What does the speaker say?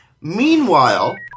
Meanwhile